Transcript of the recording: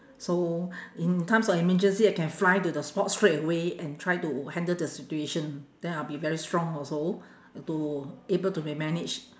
so in times of emergency I can fly to the spot straight away and try to handle the situation then I will be very strong also to able to be manage